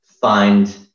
find